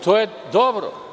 To je dobro.